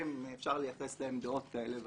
אפשר לייחס להם דעות כאלה ואחרות.